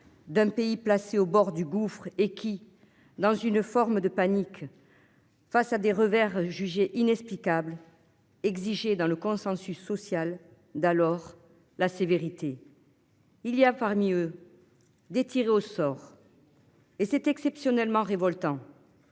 d'un pays placé au bord du gouffre et qui dans une forme de panique. Face à des revers jugée inexplicable. Exiger dans le consensus social d'alors la sévérité. Il y a parmi eux. Des tiré au sort. Et cette exceptionnellement révoltant.